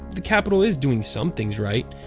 the capital is doing some things right,